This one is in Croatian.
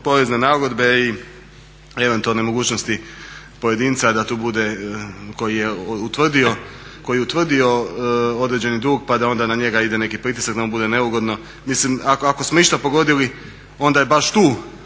porezne nagodbe i eventualne mogućnosti pojedinca da tu bude koji je utvrdio određeni dug pa da onda na njega ide neki pritisak da mu bude neugodno, mislim ako smo išta pogodili onda je baš to